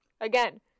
again